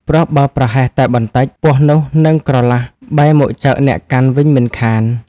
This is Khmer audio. ព្រោះបើប្រហែសតែបន្តិច ពស់នោះនឹងក្រឡាស់បែរមកចឹកអ្នកកាន់វិញមិនខាន ។